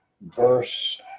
verse